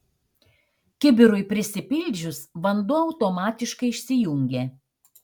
kibirui prisipildžius vanduo automatiškai išsijungia